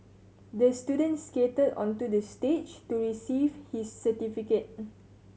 the student skated onto the stage to receive his certificate